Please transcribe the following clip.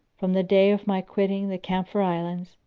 from the day of my quitting the camphor islands,